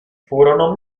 furono